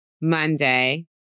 Monday